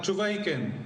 התשובה היא כן.